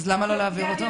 אז למה לא להעביר אותו?